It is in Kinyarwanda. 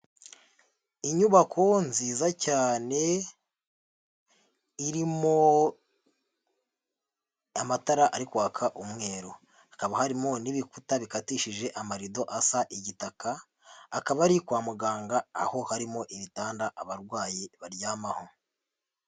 Inyubako nziza cyane irimo amatara ari kwaka umweru hakaba harimo n'ibikuta bikatishije amarido asa igitaka akaba ari kwa muganga aho harimo ibitanda abarwayi baryamaho.